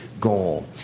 goal